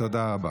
תודה רבה.